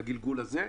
לגלגול הזה,